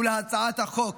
ולהצעת החוק.